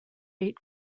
eight